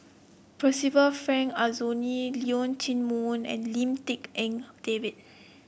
Percival Frank Aroozoo Leong Chee Mun and Lim Tik En David